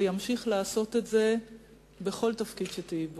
וימשיך לעשות את זה בכל תפקיד שתהיי בו.